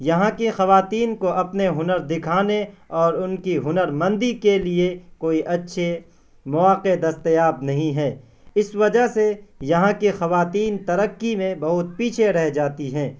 یہاں کی خواتین کو اپنے ہنر دکھانے اور ان کی ہنرمندی کے لیے کوئی اچھے مواقع دستیاب نہیں ہیں اس وجہ سے یہاں کے خواتین ترقی میں بہت پیچھے رہ جاتی ہیں